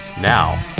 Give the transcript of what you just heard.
Now